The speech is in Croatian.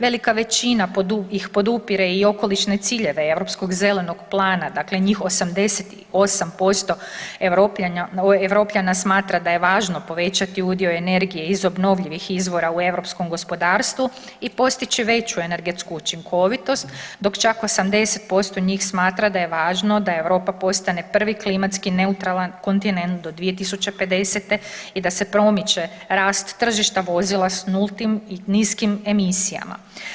Velika većina podupire i okolišne ciljeve Europskog zelenog plana, dakle njih 88% Europljana smatra da je važno povećati udio energije iz obnovljivih izvora u europskom gospodarstvu i postići veću energetsku učinkovitost, dok čak 80% njih smatra da je važno da Europa postane prvi klimatski neutralan kontinent do 2050. i da se promiče rast tržišta vozila s nultim i niskim emisijama.